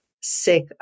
sick